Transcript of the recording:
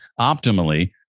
optimally